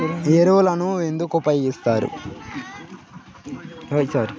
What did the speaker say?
ఎరువులను ఎందుకు ఉపయోగిస్తారు?